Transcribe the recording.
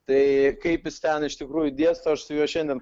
tai kaip jis ten iš tikrų judės aš su juo šiandien